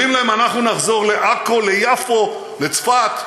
אומרים להם: אנחנו נחזור לעכו, ליפו, לצפת.